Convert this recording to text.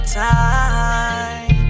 time